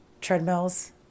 treadmills